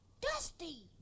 Dusty